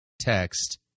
text